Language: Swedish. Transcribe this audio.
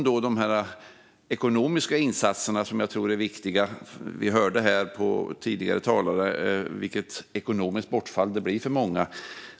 De ekonomiska insatserna är viktiga; vi hörde från tidigare talare vilket ekonomiskt bortfall det blir för många.